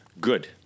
Good